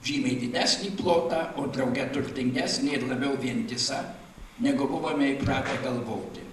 žymiai didesnį plotą o drauge turtingesnį labiau vientisą negu buvome įpratę galvoti